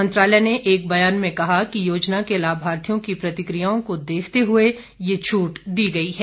मंत्रालय ने एक बयान में कहा कि योजना के लाभार्थियों की प्रतिक्रियाओं को देखते हुए यह छूट दी गई है